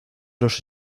los